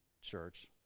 church